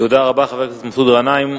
תודה רבה, חבר הכנסת מסעוד גנאים.